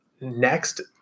next